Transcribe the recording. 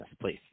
please